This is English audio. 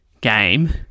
game